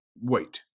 wait